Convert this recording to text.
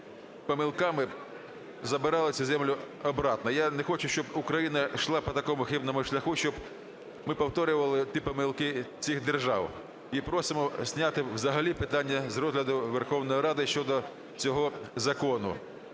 Я не хочу, щоб Україна йшла по такому хибному шляху, щоб ми повторювали ті помилки цих держав. І просимо зняти взагалі питання з розгляду Верховної Ради щодо цього закону.